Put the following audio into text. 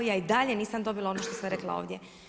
Ja i dalje nisam dobila ono što sam rekla ovdje.